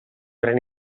gran